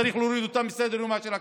צריך להוריד אותה מסדר-יומה של הכנסת.